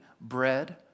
bread